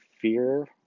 fear